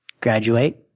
Graduate